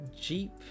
Jeep